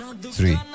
three